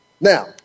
Now